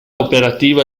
operativa